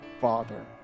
Father